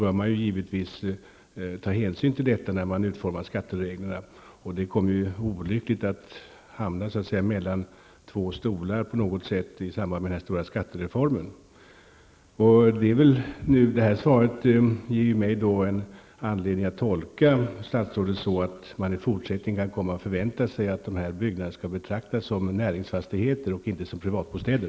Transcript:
Därför borde man ta hänsyn till detta när man utformar skattereglerna. I det här fallet har man olyckligt hamnat mellan två stolar i samband med den stora skattereformen. Svaret ger mig en anledning att tolka statsrådet så, att man i fortsättningen kan förvänta sig att dessa byggnader skall betraktas som näringsfastigheter, och inte som privatbostäder.